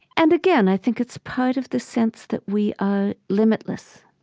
and, again, i think it's part of the sense that we are limitless